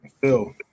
Phil